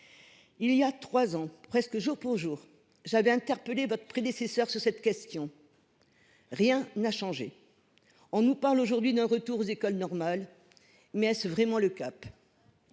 Il y a trois ans presque jour pour jour, monsieur le ministre, j’ai interpellé votre prédécesseur sur cette question. Rien n’a changé. On nous parle aujourd’hui d’un retour aux écoles normales, mais est ce vraiment le cap ?